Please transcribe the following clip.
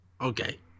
Okay